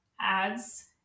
ads